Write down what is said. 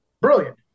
brilliant